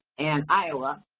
and iowa,